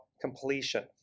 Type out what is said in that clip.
completion